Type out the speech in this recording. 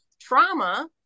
trauma